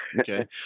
Okay